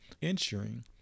ensuring